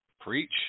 Preach